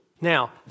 Now